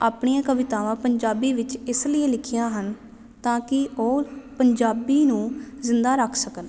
ਆਪਣੀਆਂ ਕਵਿਤਾਵਾਂ ਪੰਜਾਬੀ ਵਿੱਚ ਇਸ ਲਈ ਲਿਖੀਆਂ ਹਨ ਤਾਂ ਕਿ ਉਹ ਪੰਜਾਬੀ ਨੂੰ ਜਿੰਦਾ ਰੱਖ ਸਕਣ